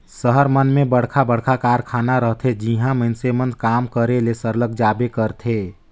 सहर मन में बड़खा बड़खा कारखाना रहथे जिहां मइनसे मन काम करे ले सरलग जाबे करथे